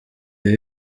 ivi